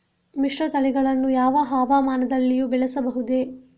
ಮಿಶ್ರತಳಿಗಳನ್ನು ಯಾವ ಹವಾಮಾನದಲ್ಲಿಯೂ ಬೆಳೆಸಬಹುದೇ?